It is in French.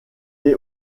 est